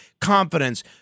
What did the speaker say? confidence